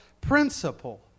principle